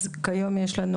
אז כיום יש לנו